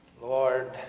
Lord